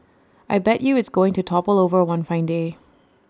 I bet you it's going to topple over one fine day